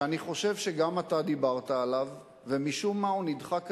שאני חושב שגם אתה דיברת עליו ומשום מה הוא נדחק הצדה,